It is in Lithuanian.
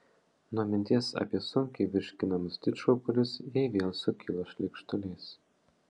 nuo minties apie sunkiai virškinamus didžkukulius jai vėl sukilo šleikštulys